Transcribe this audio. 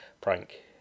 prank